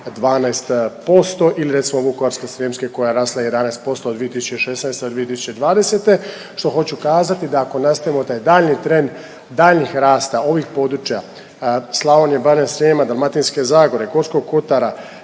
12% ili recimo Vukovarsko-srijemske koja je rasla 11% od 2016., 2020. što hoću kazati da ako nastavimo taj daljnji trend daljnjih rasta ovih područja Slavonije, Baranje, Srijema, Dalmatinske zagore, Gorskog kotara